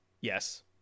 Yes